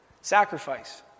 sacrifice